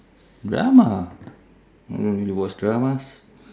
drama I don't really watch dramas